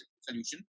solution